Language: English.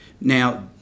Now